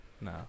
No